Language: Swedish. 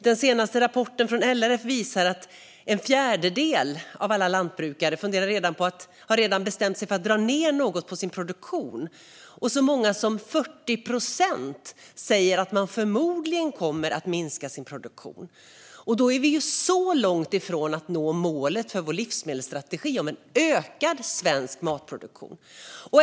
Den senaste rapporten från LRF visar att en fjärdedel av alla lantbrukare redan har bestämt sig för att dra ned något på sin produktion. Så många som 40 procent säger att man förmodligen kommer att minska sin produktion. Då är vi långt ifrån att nå målet i vår livsmedelsstrategi om en ökad svensk matproduktion.